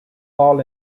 fall